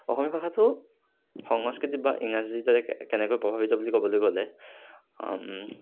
অসমীয়া ভাষাটো সংস্কৃতি বা ইংৰাজীৰ দৰে কেনেকৈ প্ৰভাৱান্বিত বুলি ক'বলৈ গ'লে